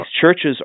churches